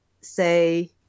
say